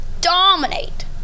dominate